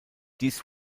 dies